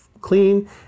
clean